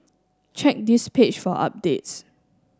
check this page for updates